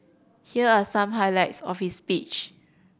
here are some highlights of his speech